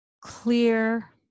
clear